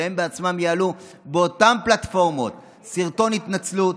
שהן בעצמן יעלו באותן פלטפורמות סרטון התנצלות,